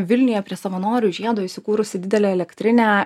vilniuje prie savanorių žiedo įsikūrusi didelė elektrinė